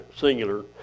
singular